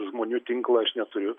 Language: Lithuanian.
žmonių tinklą aš neturiu